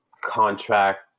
contract